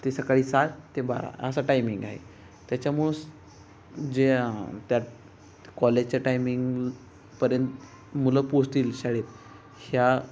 ते सकाळी सात ते बारा असा टायमिंग आहे त्याच्यामुळं अस जे त्यात कॉलेजच्या टायमिंगपर्यंत मुलं पोचतील शाळेत ह्या